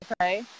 Okay